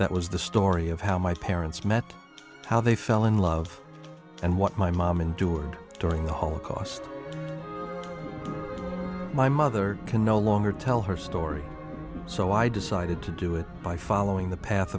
that was the story of how my parents met how they fell in love and what my mom endured during the holocaust my mother can no longer tell her story so i decided to do it by following the path